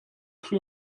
cru